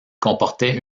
comportait